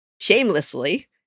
shamelessly